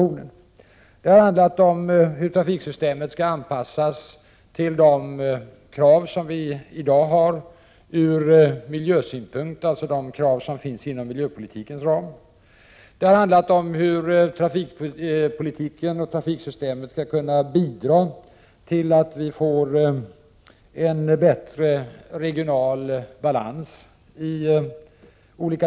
För det första har det handlat om hur trafiksystemet skall anpassas till de krav vi i dag ställer ur miljösynpunkt. Det gäller alltså de krav som finns inom miljöpolitikens ram: Det gäller för det andra hur trafikpolitiken och trafiksystemet skall kunna bidra till en bättre regional balans.